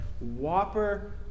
Whopper